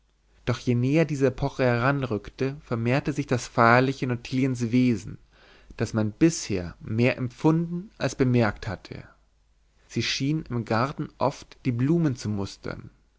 doch je näher diese epoche heranrückte vermehrte sich das feierliche in ottiliens wesen das man bisher mehr empfunden als bemerkt hatte sie schien im garten oft die blumen zu mustern